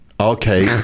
okay